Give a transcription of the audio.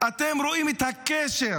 אתם רואים את הקשר